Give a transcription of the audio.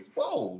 Whoa